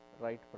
right